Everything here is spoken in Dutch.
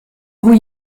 hoe